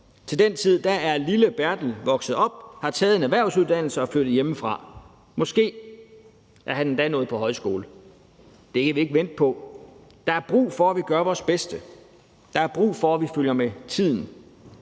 Til den tid er lille Bertel vokset op, har taget en erhvervsuddannelse og er flyttet hjemmefra. Måske er han endda nået på højskole. Det kan vi ikke vente på. Der er brug for, at vi gør vores bedste; der er brug for, at vi følger med tiden;